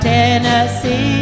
Tennessee